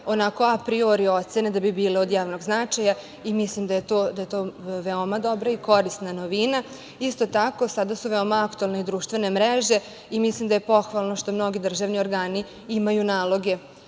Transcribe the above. onako apriori ocene da bi bile od javnog značaja i mislim da je to veoma dobra i korisna novina. Isto tako, sada su veoma aktuelne društvene mreže i mislim da je pohvalno što mnogi državni organi imaju naloge